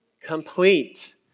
complete